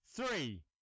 three